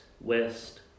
West